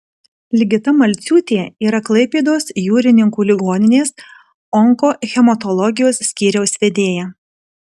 ligita malciūtė yra klaipėdos jūrininkų ligoninės onkohematologijos skyriaus vedėja